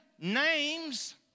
names